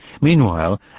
Meanwhile